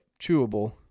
chewable